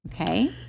Okay